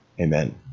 Amen